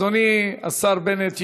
אדוני, השר בנט ישיב.